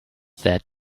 said